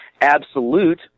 absolute